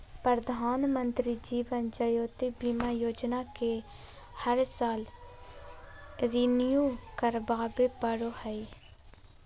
प्रधानमंत्री जीवन ज्योति बीमा योजना के हर साल रिन्यू करावे पड़ो हइ